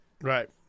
Right